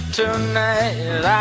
tonight